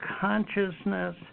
consciousness